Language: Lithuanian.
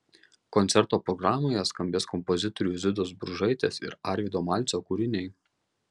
koncerto programoje skambės kompozitorių zitos bružaitės ir arvydo malcio kūriniai